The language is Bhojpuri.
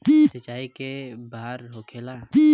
सिंचाई के बार होखेला?